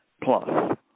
plus